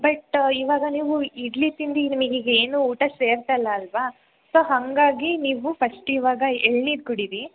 but ಇವಾಗ ನೀವು ಇಡ್ಲಿ ತಿಂದು ನಿಮಗೀಗ ಏನೂ ಊಟ ಸೇರ್ತಾಯಿಲ್ಲ ಅಲ್ವಾ ಸೊ ಹಾಗಾಗಿ ನೀವು ಫಸ್ಟ್ ಇವಾಗ ಎಳ್ನೀರು ಕುಡೀರಿ